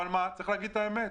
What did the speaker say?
אבל צריך להגיד את האמת,